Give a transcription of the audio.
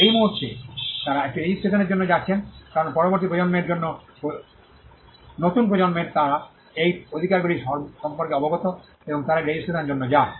এই মুহুর্তে তারা একটি রেজিস্ট্রেশন এর জন্য যাচ্ছেন কারণ পরবর্তী প্রজন্মের নতুন প্রজন্মের তারা এই অধিকারগুলি সম্পর্কে অবগত এবং তারা একটি রেজিস্ট্রেশন এর জন্য যায়